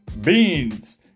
beans